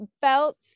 felt